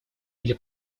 или